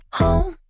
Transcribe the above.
home